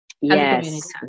Yes